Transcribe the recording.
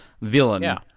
villain